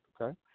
okay